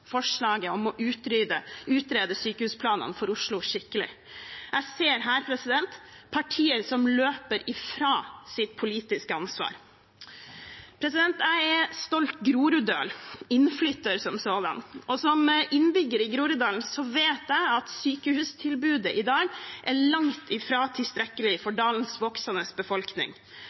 forslaget om å utrede sykehusplanene for Oslo skikkelig. Jeg ser her partier som løper ifra sitt politiske ansvar. Jeg er stolt groruddøl – innflytter som sådan. Som innbygger i Groruddalen vet jeg at sykehustilbudet i dag er langt ifra tilstrekkelig for dalens voksende befolkning.